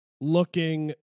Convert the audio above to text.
looking